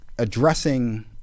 Addressing